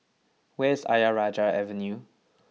where is Ayer Rajah Avenue